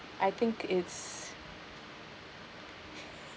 I think it's